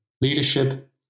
leadership